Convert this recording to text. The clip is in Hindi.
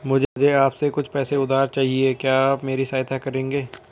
मुझे आपसे कुछ पैसे उधार चहिए, क्या आप मेरी सहायता करेंगे?